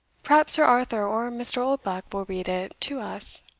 perhaps sir arthur or mr. oldbuck will read it to us.